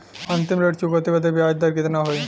अंतिम ऋण चुकौती बदे ब्याज दर कितना होई?